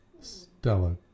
Stella